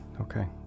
okay